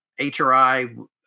HRI